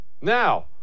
Now